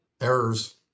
errors